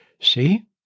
See